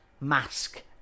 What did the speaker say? mask